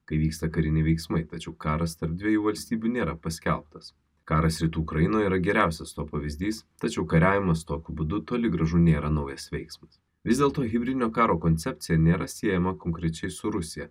kai vyksta kariniai veiksmai tačiau karas tarp dviejų valstybių nėra paskelbtas karas rytų ukrainoje yra geriausias to pavyzdys tačiau kariavimas tokiu būdu toli gražu nėra naujas veiksmas vis dėlto hibridinio karo koncepcija nėra siejama konkrečiai su rusija